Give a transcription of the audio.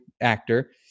actor